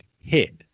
hit